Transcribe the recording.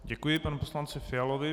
Děkuji panu poslanci Fialovi.